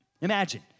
Imagine